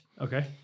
Okay